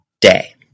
day